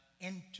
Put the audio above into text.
enter